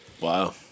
Wow